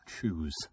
choose